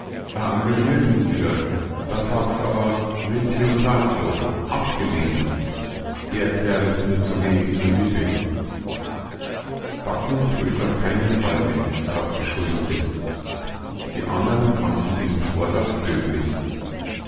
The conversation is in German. engagiert mich wieder das hab ich aber ritiutato abkelehnt der gerl is mir zu wenig solide backen tu ich auf keinen fall mehr sagte schulze die andern fanden diesen vorsatz löblich